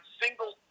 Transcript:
single